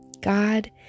God